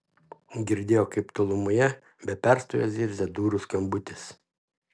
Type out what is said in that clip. girdėjo kaip tolumoje be perstojo zirzia durų skambutis